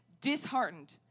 disheartened